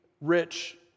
rich